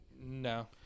No